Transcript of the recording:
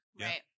Right